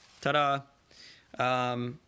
Ta-da